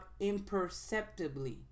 imperceptibly